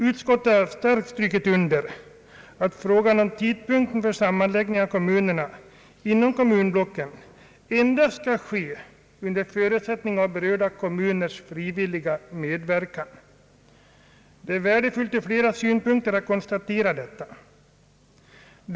Utskottet har starkt strukit under att sammanläggningar av kommuner inom kommunblocken endast skall ske under förutsättning av berörda kommuners frivilliga medverkan. Det är värdefullt ur flera synpunkter att konstatera detta.